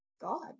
god